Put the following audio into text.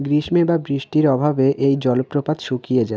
গ্রীষ্মে বা বৃষ্টির অভাবে এই জলপ্রপাত শুকিয়ে যায়